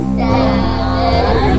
seven